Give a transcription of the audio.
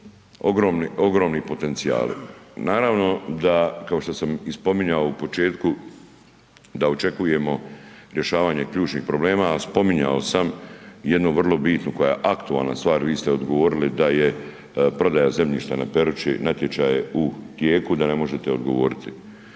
ogromni potencijali. Naravno da, kao što sam i spominjao u početku da očekujemo rješavanje ključnih problema, a spominjao sam jednu vrlo bitnu koja je aktualna stvar, vi ste odgovorili da je prodaja zemljišta na Peruči, natječaj je u tijeku, da ne možete odgovoriti.